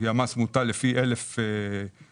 כי המס מוטל לפי אלף סיגריות,